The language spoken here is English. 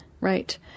Right